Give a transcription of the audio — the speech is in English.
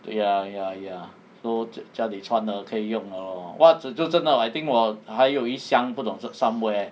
ya ya ya so 家里穿的可以用的 lor 袜子就真的 I think 我还有一箱不懂 some somewhere